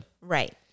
Right